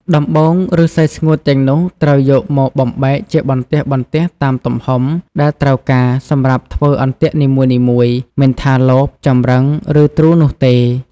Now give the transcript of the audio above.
ដំបូង ឫស្សីស្ងួតទាំងនោះត្រូវយកមកបំបែកជាបន្ទះៗតាមទំហំដែលត្រូវការសម្រាប់ធ្វើអន្ទាក់នីមួយៗ មិនថាលប ចម្រឹង ឬទ្រូនោះទេ។